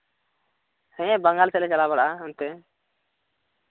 ᱦᱮᱸ ᱵᱟᱝᱜᱟᱞ ᱥᱮᱫ ᱞᱮ ᱪᱟᱞᱟᱣ ᱵᱟᱲᱟᱜᱼᱟ ᱚᱱᱛᱮ